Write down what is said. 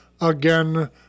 again